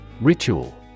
Ritual